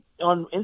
on